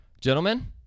Gentlemen